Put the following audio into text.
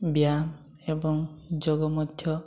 ବ୍ୟାୟାମ ଏବଂ ଯୋଗ ମଧ୍ୟ